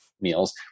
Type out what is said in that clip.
meals